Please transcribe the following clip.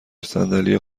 صندلی